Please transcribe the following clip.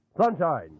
Sunshine